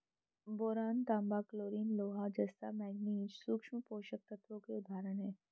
boron, तांबा, chlorine, लोहा, जस्ता, मैंगनीज सूक्ष्म पोषक तत्वों के उदाहरण हैं